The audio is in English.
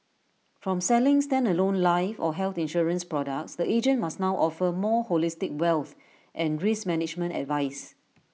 from selling standalone life or health insurance products the agent must now offer more holistic wealth and risk management advice